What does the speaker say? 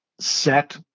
set